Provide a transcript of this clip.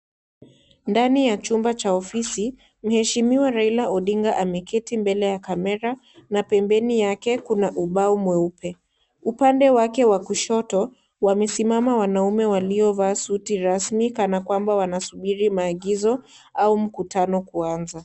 Ndani ya chumba cha ofisi mheshimiwa Raila Odinga ameketi mbele ya kamera na pembeni yake kuna ubao mweupe, upande wake wa kushoto wamesimama wanaume waliovaa suti rasmi kana kwamba wanasubiri maagizo au mkutano kuanza.